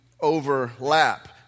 overlap